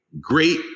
great